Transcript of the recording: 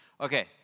Okay